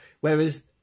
Whereas